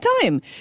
time